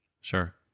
Sure